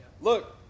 Look